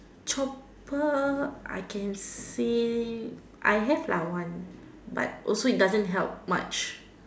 chopper I can see I have lah one also it doesn't help much